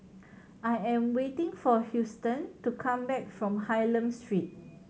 I am waiting for Huston to come back from Hylam Street